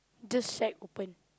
this side open